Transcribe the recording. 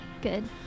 Good